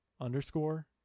underscore